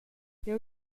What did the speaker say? jeu